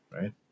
right